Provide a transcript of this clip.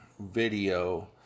video